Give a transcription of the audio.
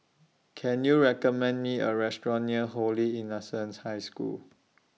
Can YOU recommend Me A Restaurant near Holy Innocents' High School